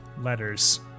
letters